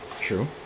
True